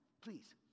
Please